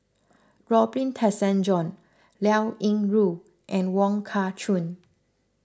Robin Liao Yingru and Wong Kah Chun